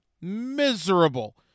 miserable